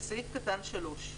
בסעיף קטן (3)